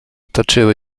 toczyły